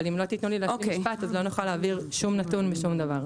אבל אם לא תתנו לי להשלים משפט אז לא נוכל להעביר שום נתון בשום דבר.